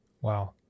Wow